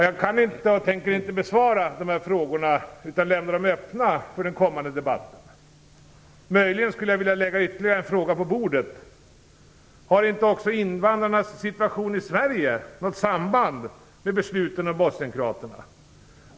Jag kan inte och tänker inte besvara de här frågorna, utan lämnar dem öppna för den kommande debatten. Möjligen skulle jag vilja lägga ytterligare en fråga på bordet: Har inte också invandrarnas situation i Sverige något samband med besluten om bosnienkroaterna?